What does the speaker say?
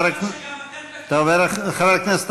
חבר, הגיע הזמן שגם אתם